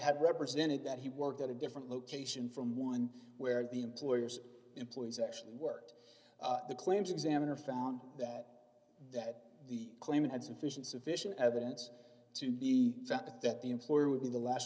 had represented that he worked at a different location from one where the employer's employees actually worked the claims examiner found that that the claimant had sufficient sufficient evidence to be sent that the employer would be the last